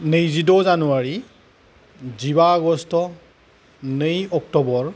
नैजिद' जानुवारि जिबा आगष्ट नै अक्ट'बर